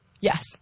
Yes